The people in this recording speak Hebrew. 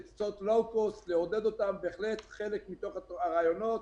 אלה בהחלט חלק מאותם רעיונות